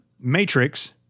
Matrix